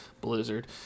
Blizzard